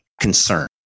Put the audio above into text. concern